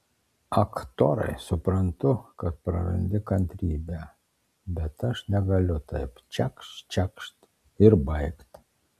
ak torai suprantu kad prarandi kantrybę bet aš negaliu taip čekšt čekšt ir baigta